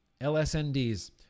LSNDs